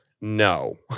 No